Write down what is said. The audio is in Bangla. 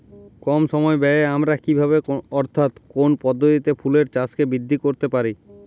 কম সময় ব্যায়ে আমরা কি ভাবে অর্থাৎ কোন পদ্ধতিতে ফুলের চাষকে বৃদ্ধি করতে পারি?